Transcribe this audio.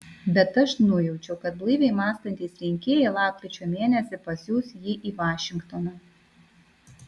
bet aš nujaučiu kad blaiviai mąstantys rinkėjai lapkričio mėnesį pasiųs jį į vašingtoną